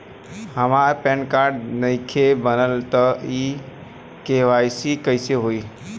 हमार PAN card नईखे बनल त के.वाइ.सी कइसे होई?